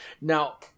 Now